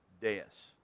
deaths